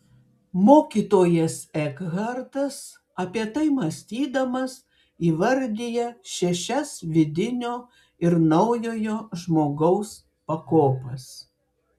mokytojas ekhartas apie tai mąstydamas įvardija šešias vidinio ir naujojo žmogaus pakopas